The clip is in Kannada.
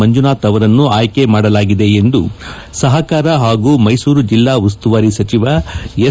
ಮಂಜುನಾಥ್ ಅವರನ್ನು ಆಯ್ಕೆ ಮಾಡಲಾಗಿದೆ ಎಂದು ಸಹಕಾರ ಹಾಗೂ ಮೈಸೂರು ಜಿಲ್ಲಾ ಉಸ್ತುವಾರಿ ಸಚಿವ ಎಸ್